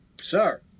Sir